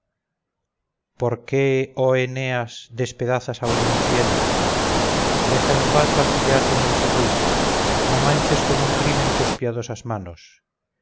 por qué oh eneas despedazas a un infeliz deja en paz al que yace en el sepulcro no manches con un crimen tus piadosas manos